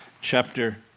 Chapter